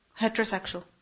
Heterosexual